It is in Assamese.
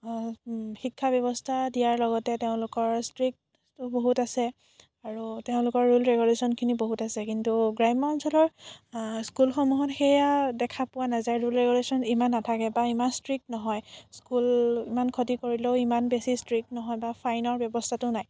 শিক্ষা ব্যৱস্থা দিয়াৰ লগতে তেওঁলোকৰ ষ্ট্ৰিক বহুত আছে আৰু তেওঁলোকৰ ৰোল ৰেগুলেচন খিনি বহুত আছে কিন্তু গ্ৰাম্য অঞ্চলৰ স্কুলসমূহত সেইয়া দেখা পোৱা নাযায় ৰোল ৰেগুলেচন ইমান নাথাকে বা ইমান ষ্ট্ৰিক নহয় স্কুল ইমান খতি কৰিলেও ইমান বেছি ষ্ট্ৰিক নহয় বা ফাইনৰ ব্যৱস্থাটো নাই